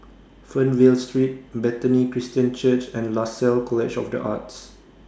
Fernvale Street Bethany Christian Church and Lasalle College of The Arts